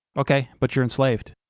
okay? but you're enslaved.